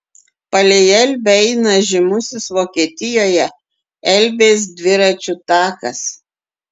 palei elbę eina žymusis vokietijoje elbės dviračių takas